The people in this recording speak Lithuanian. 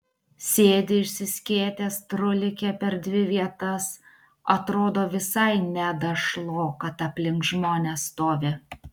sėdi išsiskėtęs trūlike per dvi vietas atrodo visai nedašlo kad aplink žmones stovi